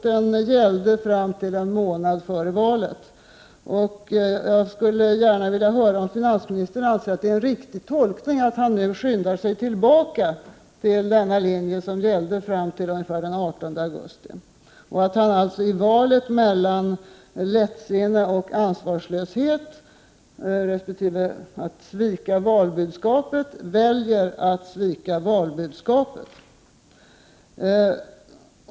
Den gällde fram till en månad före valet. Jag skulle gärna vilja få veta om finansministern anser att det är en riktig tolkning, att han nu skyndar sig tillbaka till denna linje som gällde fram till ungefär den 18 augusti och att han alltså i valet mellan lättsinne och ansvarslöshet resp. att svika valbudskapet väljer att svika valbudskapet.